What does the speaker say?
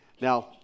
Now